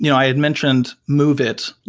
you know i had mentioned move it.